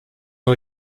ont